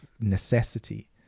necessity